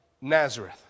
Nazareth